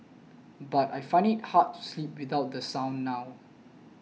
but I find it hard to sleep without the sound now